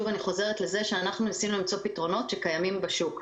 אני חוזרת לזה שאנחנו ניסינו למצוא פתרונות שקיימים בשוק.